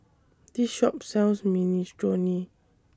This Shop sells Minestrone